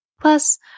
Plus